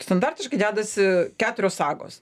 standartiškai dedasi keturios sagos